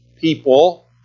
people